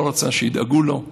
לא רצה שידאגו לו,